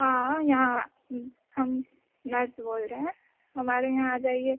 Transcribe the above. हाँ यहाँ हम नैस्ट बोल रहे हैं हमारे यहाँ आ जाइए